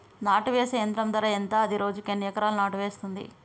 నాటు వేసే యంత్రం ధర ఎంత? అది రోజుకు ఎన్ని ఎకరాలు నాటు వేస్తుంది?